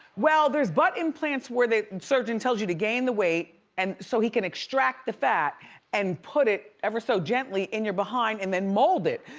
well there's but butt plants where the surgeon tells you to gain the weight. and so he can extract the fat and put it ever so gently in your behind and then mold it.